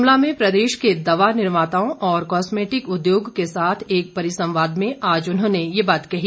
शिमला में प्रदेश के दवा निर्माताओं और कॉस्मेटिक उद्योग के साथ एक परिसंवाद में आज उन्होंने ये बात कही